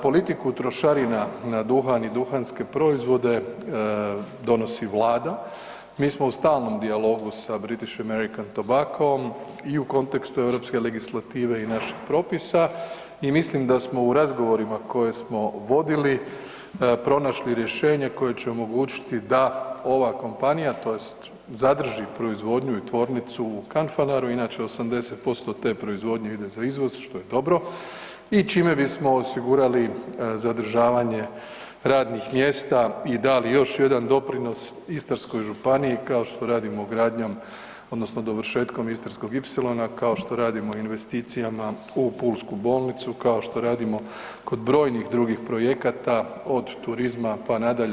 Politiku trošarina na duhan i duhanske proizvode donosi Vlada, mi smo u stalnom dijalogu sa British American Tobacco i u kontekstu europske legislative i naših propisa i mislim da smo u razgovorima koje smo vodili pronašli rješenje koje će omogućiti da ova kompanija tj. zadrži proizvodnju i tvornicu u Kanfanaru, inače 80% te proizvodnje ide za izvoz što je dobro i čime bismo osigurali zadržavanje radnih mjesta i dali još jedan doprinos Istarskoj županiji kao što radimo gradnjom odnosno dovršetkom Istarskog ipsilona kao što radimo investicijama u Pulsku bolnicu, kao što radimo kod brojnih drugih projekata od turizma pa nadalje.